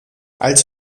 als